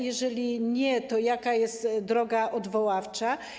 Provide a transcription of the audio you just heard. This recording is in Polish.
Jeżeli nie, to jaka jest droga odwoławcza?